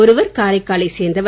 ஒருவர் காரைக்கா லைச் சேர்ந்தவர்